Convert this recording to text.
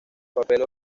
papel